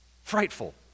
Frightful